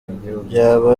byaba